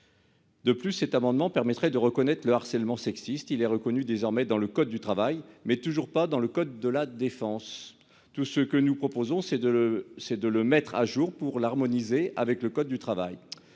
De plus, cet amendement permettrait de reconnaître le harcèlement sexiste. Il est reconnu désormais dans le code du travail, mais toujours pas dans le code de la défense. Tout ce que nous proposons c'est de le c'est de le mettre à jour pour l'harmoniser avec le code du travail.